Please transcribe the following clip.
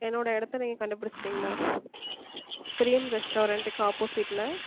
என்னோட இடத்த நீங்கள் கண்டுபுடிச்சிட்டிங்களா டிரீம் ரெஸ்டாரெண்ட்டுக்கு ஆப்போசிட்டில்